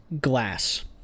Glass